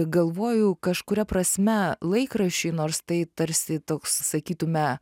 galvoju kažkuria prasme laikraščiai nors tai tarsi toks sakytume